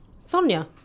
Sonia